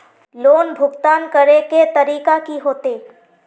Loan भुगतान करे के तरीका की होते?